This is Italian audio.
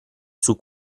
sul